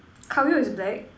car wheel is black